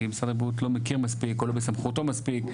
כי משרד הבריאות לא מכיר מספיק או לא בסמכותו מספיק.